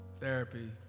therapy